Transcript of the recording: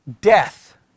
Death